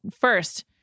First